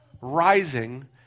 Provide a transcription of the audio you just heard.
rising